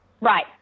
Right